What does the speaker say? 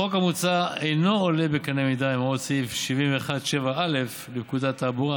החוק המוצע אינו עולה בקנה אחד עם הוראות סעיף 71(7א) לפקודת התעבורה,